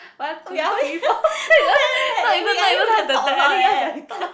oh yea not bad leh we at least we can talk a lot leh